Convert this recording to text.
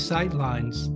Sightlines